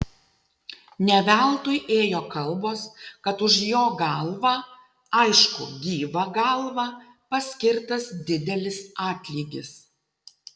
ne veltui ėjo kalbos kad už jo galvą aišku gyvą galvą paskirtas didelis atlygis